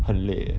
很累